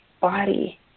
body